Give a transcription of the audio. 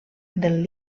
del